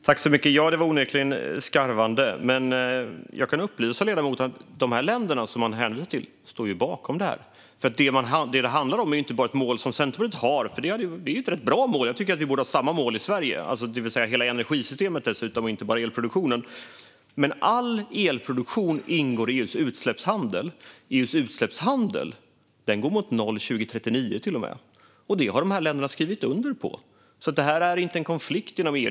Fru talman! Det var onekligen ett skarvande från ledamoten. Men jag kan upplysa ledamoten om att dessa länder som ledamoten hänvisar till står bakom detta. Det handlar inte bara om ett mål som Centerpartiet har. Men jag tycker att det är ett rätt bra mål. Jag tycker att vi borde ha samma mål i Sverige, det vill säga ett som dessutom gäller hela energisystemet och inte bara elproduktionen. All elproduktion ingår i EU:s utsläppshandel. EU:s utsläppshandel går mot noll 2039 till och med, och det har dessa länder skrivit under på. Detta är alltså inte en konflikt inom EU.